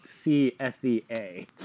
C-S-E-A